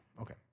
Okay